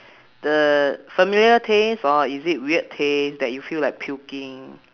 the familiar taste or is it weird taste that you feel like puking